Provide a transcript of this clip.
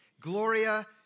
Gloria